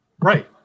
Right